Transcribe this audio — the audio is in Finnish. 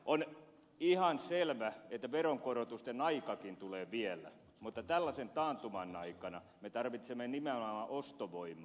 on ihan selvä että veronkorotusten aikakin tulee vielä mutta tällaisen taantuman aikana me tarvitsemme nimenomaan ostovoimaa